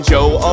Joe